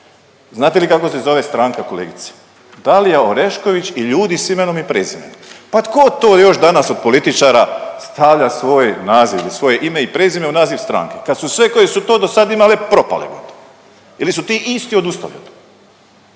Znate li kako se zove stranka kolegice? Dalija Orešković i ljudi s imenom i prezimenom. Pa tko to još danas od političara stavlja svoj naziv i svoje ime i prezime u naziv stranke kad su sve koje su to dosad imale propale gotovo ili su ti isti odustali